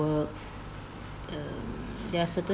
work um there are certain